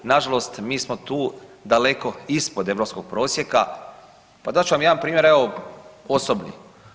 Nažalost, mi smo tu daleko ispod europskog prosjeka pa dat ću vam jedan primjer evo osobni.